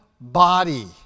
body